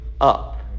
up